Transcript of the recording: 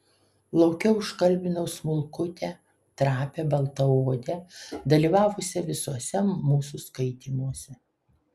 lauke užkalbinau smulkutę trapią baltaodę dalyvavusią visuose mūsų skaitymuose